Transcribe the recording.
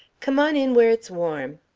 come on in where it's warm.